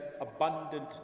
abundant